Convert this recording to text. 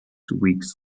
weeks